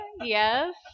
Yes